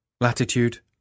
Latitude